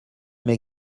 mes